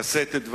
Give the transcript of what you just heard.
לשאת את דבריה.